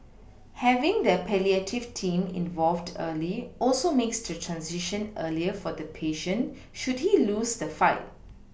having the palliative team involved early also makes the transition easier for the patient should he lose the fight